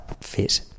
fit